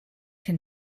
can